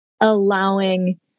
allowing